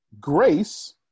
Grace